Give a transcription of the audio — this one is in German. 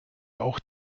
auch